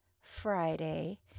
Friday